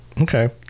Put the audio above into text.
okay